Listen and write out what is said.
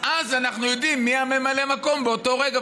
אז אנחנו יודעים מי ממלא המקום באותו רגע,